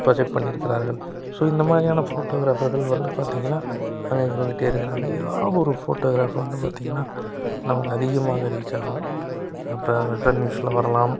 project பண்ணியிருக்கிறார்கள் so இந்தமாதிரியான ஃபோட்டோகிராஃபர்கள் வந்து பார்த்திங்கன்னா அங்கே இங்கே இருந்துகிட்டேருக்குறாங்க எங்கேயாது ஒரு ஃபோட்டோகிராஃபர் வந்து பார்த்திங்கன்னா நமக்கு அதிகமாக ரீச் ஆகவும் அப்போ சன் நியூஸில் வரலாம்